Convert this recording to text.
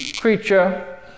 creature